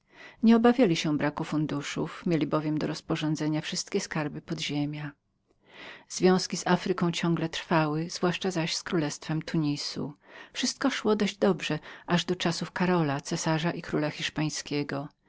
nie obawiali się braku funduszów mieli bowiem do rozporządzenia wszystkie skarby podziemia związki z afryką ciągle trwały zwłaszcza zaś z królestwem tunis wszystko szło dość dobrze aż do czasów karola cesarza i króla hiszpańskiego